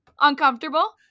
uncomfortable